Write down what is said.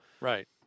right